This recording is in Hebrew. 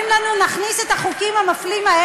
חבר הכנסת סמוטריץ,